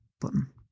button